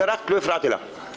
לא הפרעתי לך גם כשצעקת.